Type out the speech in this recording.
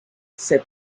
said